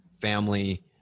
family